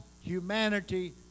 humanity